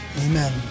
Amen